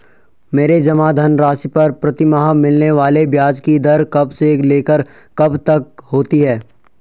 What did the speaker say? मेरे जमा धन राशि पर प्रतिमाह मिलने वाले ब्याज की दर कब से लेकर कब तक होती है?